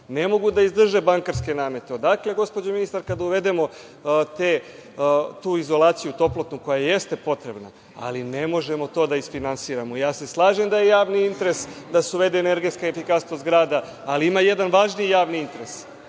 ne mogu da izdrže bankarske namete? Odakle, gospođo ministarka, da uvedemo tu toplotnu izolaciju koja jeste potrebna, ali ne možemo to da isfinansiramo? Slažem se da je javni interes da se uvede energetska efikasnost grada, ali ima jedan važniji javni interes,